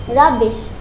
rubbish